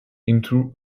into